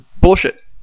Bullshit